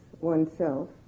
oneself